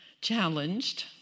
challenged